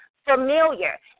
familiar